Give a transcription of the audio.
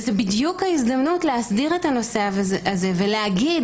וזה בדיוק ההזדמנות להסדיר את הנושא הזה ולהגיד.